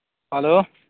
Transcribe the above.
hello